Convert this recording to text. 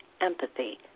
empathy